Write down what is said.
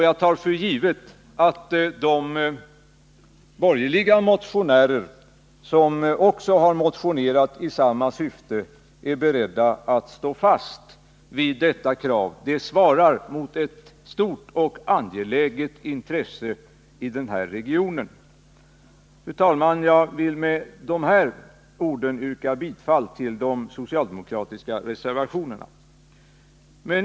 Jag tar för givet att också de borgerliga ledamöter som har motionerat i samma syfte är beredda att stå fast vid detta krav. Det svarar mot ett stort och angeläget intresse i denna region. Fru talman! Med dessa ord yrkar jag bifall till de socialdemokratiska reservationerna.